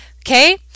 Okay